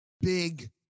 big